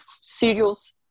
serious